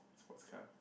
sports car